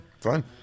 Fine